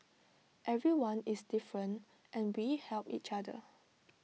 everyone is different and we help each other